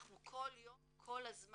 אנחנו כל יום כל הזמן,